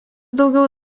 daugiau